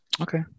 okay